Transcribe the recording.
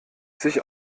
sich